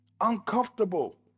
Uncomfortable